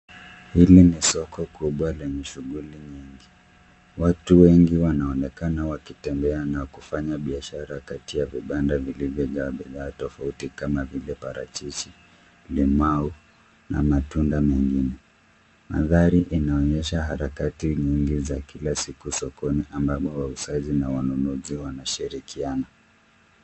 Hili ni soko kubwa lenye shughuli nyingi, watu wengi wanaonekana wakitembea na kufanya biashara kati ya vibanda vilivyojaa bidhaa tofauti kama vile parachichi, limau na matunda mengine. Mandhari inaonyesha harakati nyingi za kila siku sokoni ambamo wauzaji na wanunuzi wanashirikiana.